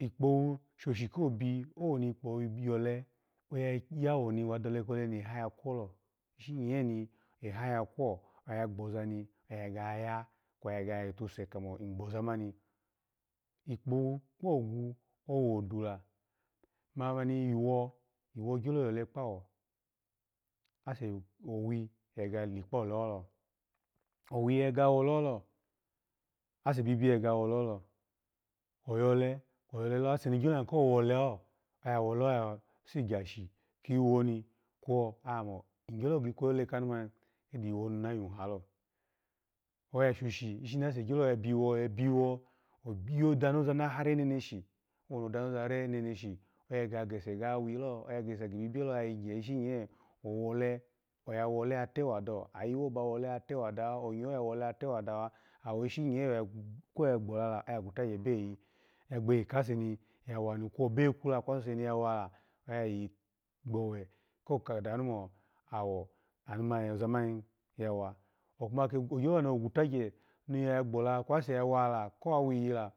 ikpowu shoshi kobi, woni ikpowu gyolo yole oya wo ni wada kole ni eha ya kwolo ishi nye ni eha ya kwoni oya gbozani oya ga ya kwe oya yotose ka mo oya ga yozamoni, ikpowu kpogwu wodula mamani iwo ogyo yole kpawo ase owi ya gege ya likpo oleholo owi ya gege ya wole holo ase ni ga yimu ko wole ho sigyashi kiwoni kwo, oya mo kede iwonu nayuhalo oya shoshi ishini ase gyo yabiwo ona danu zozarore neneshi, woni odanu zarore re neneshi oya gese ga wilo oya gege gese gi bibyelo oya yigye ishi, owoni owole atatewa dawa, ayiho bawole olatewa dawa, onyaho ya wohe oya tewa danu awo ishi nye oya gbehoho oya kwutagye beyi gbeyi kaseni ya wuni kwo bekwu niya wala kwa suse ni yawa ni oya iyigbowe o kadanumo awo anu mani oza mani ya wa owoni ogwotagye ya ghola kwuse ya wa kowa wiyila.